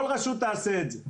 כל רשות תעשה את זה.